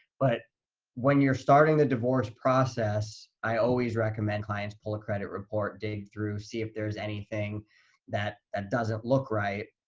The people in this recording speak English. but when you're starting the divorce process, i always recommend clients pull a credit report, dig through, see if there's anything that ah doesn't look right.